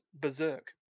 berserk